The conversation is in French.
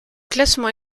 classement